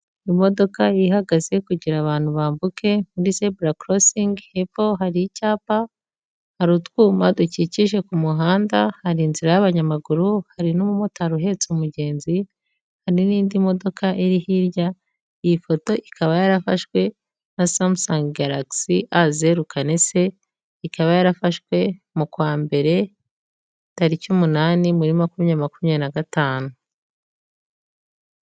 Imodoka ihagaze kugira abantu bambuke muri zebura korosingi, hepfo hari icyapa , hari utwuma dukikije ku muhanda, hari inzira y'abanyamaguru, hari n'umumotari uhetse umugenzi, hari n'indi modoka iri hirya. Iyi foto ikaba yarafashwe na samusange garagisi a zeru kane se, ikaba yarafashwe mu kwa mbere tariki umunani muri makumyabiri, makumyabiri na gatanu.